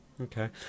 Okay